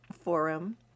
forum